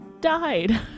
Died